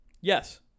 Yes